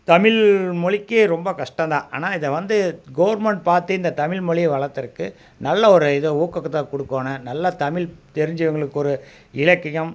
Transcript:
தமிழ்மொழிக்கே ரொம்ப கஷ்டம் தான் ஆனால் இதை வந்து கவர்மெண்ட் பார்த்து இந்த தமிழ்மொழியை வளர்த்துறக்கு நல்ல ஒரு இதை ஊக்கத்தை குடுக்கணும் நல்லா தமிழ் தெரிஞ்சவங்களுக்கு ஒரு இலக்கியம்